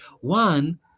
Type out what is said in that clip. One